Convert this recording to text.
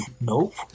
nope